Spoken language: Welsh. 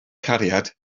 cariad